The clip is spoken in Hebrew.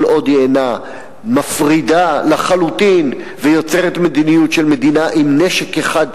כל עוד היא אינה מפרידה לחלוטין ויוצרת מדיניות של מדינה עם נשק אחד,